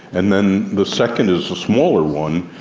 and then the second is the smaller one,